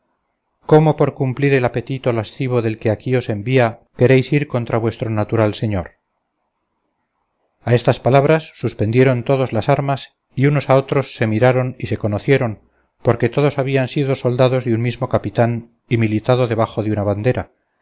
cómo por cumplir el apetito lascivo del que aquí os envía queréis ir contra vuestro natural señor a estas palabras suspendieron todos las armas y unos a otros se miraron y se conocieron porque todos habían sido soldados de un mismo capitán y militado debajo de una bandera